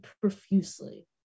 profusely